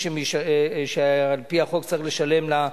שגם אתה